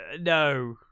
no